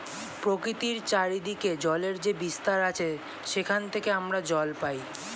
প্রকৃতির চারিদিকে জলের যে বিস্তার আছে সেখান থেকে আমরা জল পাই